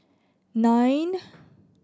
nine